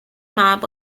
map